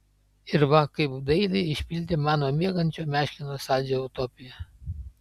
ir va kaip dailiai išpildė mano miegančio meškino saldžią utopiją